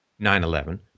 9-11